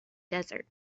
desert